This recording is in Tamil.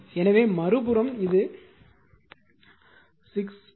எனவே மறுபுறம் இது 6 1 0